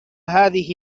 هذه